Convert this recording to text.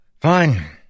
Fine